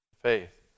faith